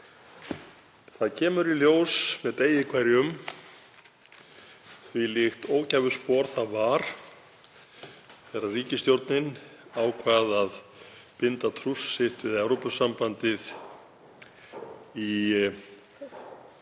Það kemur betur í ljós með degi hverjum þvílíkt ógæfuspor það var þegar ríkisstjórnin ákvað að binda trúss sitt við Evrópusambandið í því